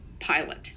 pilot